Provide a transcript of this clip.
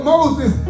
Moses